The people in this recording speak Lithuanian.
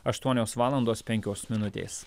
aštuonios valandos penkios minutės